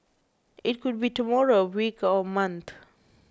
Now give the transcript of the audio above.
it could be tomorrow a week or a month